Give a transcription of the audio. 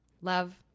Love